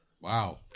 Wow